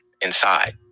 inside